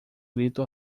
grito